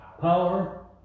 power